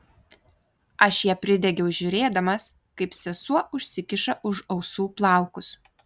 aš ją pridegiau žiūrėdamas kaip sesuo užsikiša už ausų plaukus